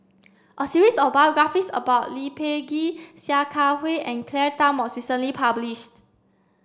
a series of biographies about Lee Peh Gee Sia Kah Hui and Claire Tham was recently published